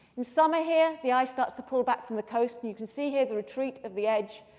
in summer here, the ice starts to pull back from the coast. and you can see here the retreat of the edge,